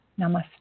Namaste